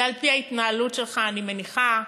ועל-פי ההתנהלות שלך אני מניחה,